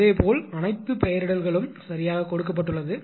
அதேபோல் அனைத்து பெயரிடல்களும் சரியாக கொடுக்கப்பட்டுள்ளது